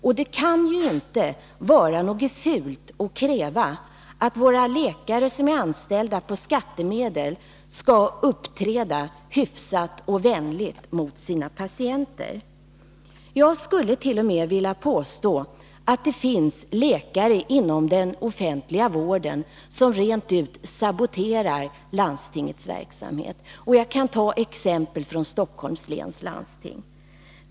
Det kan ju inte vara något fult i att kräva att våra läkare som är anställda med skattemedel skall uppträda hyfsat och vänligt mot sina patienter. Jag skulle t.o.m. vilja påstå att det finns läkare inom den offentliga vården som rent ut sagt saboterar landstingets verksamhet. Jag kan ta exempel från Stockholms läns landsting.